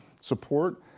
support